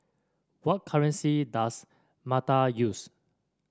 what currency does Malta use